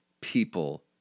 people